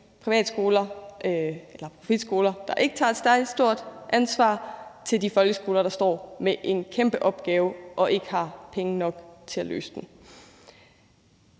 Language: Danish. privatskoler eller friskoler, der ikke tager særlig stort ansvar, til de folkeskoler, der står med en kæmpe opgave og ikke har penge nok til at løse den.